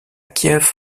kiev